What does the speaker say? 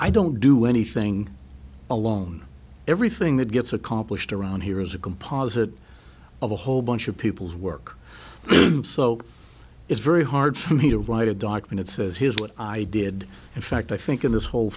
i don't do anything alone everything that gets accomplished around here is a composite of a whole bunch of people's work so it's very hard for me to write a doctrine that says here's what i did in fact i think in this whole